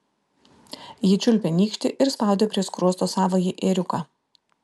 ji čiulpė nykštį ir spaudė prie skruosto savąjį ėriuką